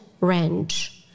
range